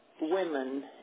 women